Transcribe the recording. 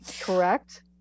Correct